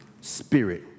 Spirit